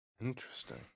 Interesting